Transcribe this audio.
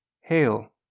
Hail